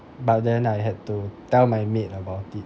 but then I had to tell my maid about it